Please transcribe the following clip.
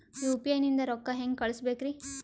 UPI ನಿಂದ ರೊಕ್ಕ ಹೆಂಗ ಕಳಸಬೇಕ್ರಿ?